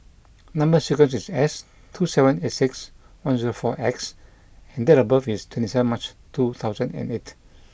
Number sequence is S two seven eight six one zero four X and date of birth is twenty seven March two thousand and eight